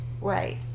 Right